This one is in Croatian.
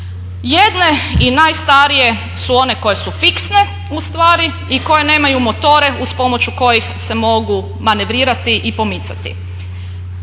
Jedne i najstarije su one koje su fiksne u stvari i koje nemaju motore uz pomoću kojih se mogu manevrirati i pomicati.